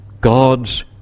God's